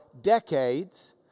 decades